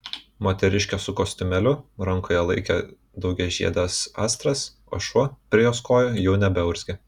moteriškė su kostiumėliu rankoje laikė daugiažiedes astras o šuo prie jos kojų jau nebeurzgė